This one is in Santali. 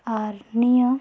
ᱟᱨ ᱱᱤᱭᱟᱹ